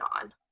on